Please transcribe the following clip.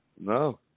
No